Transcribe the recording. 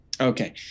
Okay